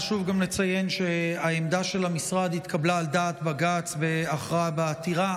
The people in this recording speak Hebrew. חשוב גם לציין שהעמדה של המשרד התקבלה על דעת בג"ץ בהכרעה בעתירה,